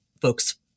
folks